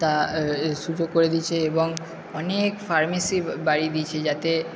তা সুযোগ করে দিয়েছে এবং অনেক ফার্মেসি বাড়িয়ে দিয়েছে যাতে